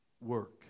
work